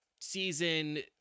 season